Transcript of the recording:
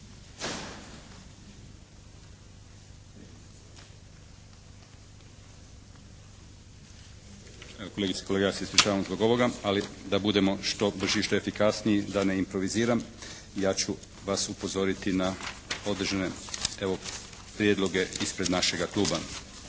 kolegice i kolege ja se ispričavam zbog ovoga, ali da budemo što brži i što efikasniji da ne improviziram ja ću vas upozoriti na određene evo prijedloge ispred našega kluba.